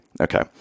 Okay